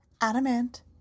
adamant